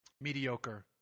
mediocre